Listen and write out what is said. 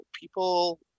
People